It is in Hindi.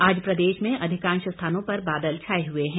आज प्रदेश में अधिकांश स्थानों पर बादल छाए हुए हैं